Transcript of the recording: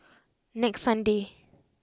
next sunday